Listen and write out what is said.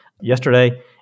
yesterday